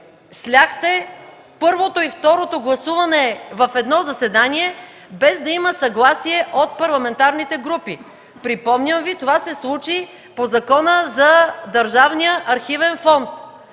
сляхте първото и второто гласуване в едно заседание, без да има съгласие от парламентарните групи. Припомням Ви – това се случи по Закона за държавния архивен фонд.